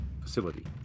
facility